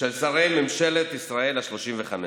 של שרי ממשלת ישראל השלושים-וחמש.